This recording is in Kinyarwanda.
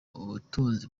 ubutunzi